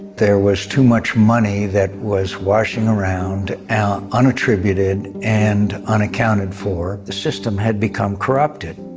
there was too much money that was washing around unattributed and unaccounted for. the system had become corrupted.